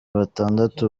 batandatu